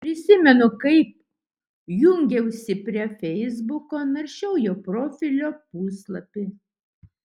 prisimenu kaip jungiausi prie feisbuko naršiau jo profilio puslapį